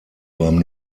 beim